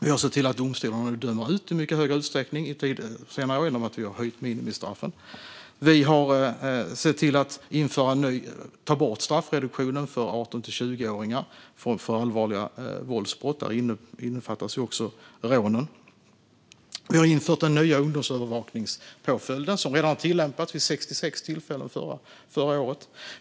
Vi har sett till att domstolarna i högre utsträckning dömer ut hårdare straff genom att vi har höjt minimistraffen. Vi har tagit bort straffreduktionen för 18-20-åringar för allvarliga våldsbrott - där innefattas också rånen. Vi har infört den nya ungdomsövervakningspåföljden, som redan har tillämpats vid 66 tillfällen förra året.